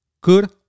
good